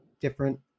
different